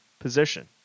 position